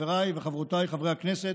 חבריי וחברותיי חברי הכנסת,